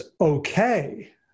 okay